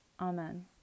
Amen